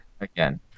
Again